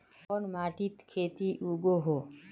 कोन माटित खेती उगोहो?